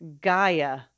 Gaia